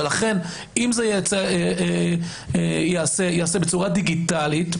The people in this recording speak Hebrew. לכן אם זה ייעשה בצורה דיגיטלית,